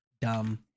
Dumb